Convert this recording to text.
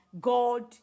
God